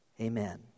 amen